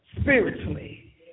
spiritually